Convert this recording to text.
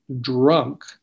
drunk